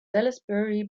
salisbury